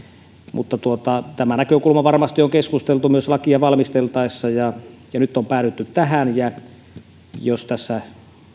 mutta tämä näkökulma varmasti on keskusteltu myös lakia valmisteltaessa ja ja nyt on päädytty tähän jos tässä